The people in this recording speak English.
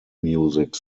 music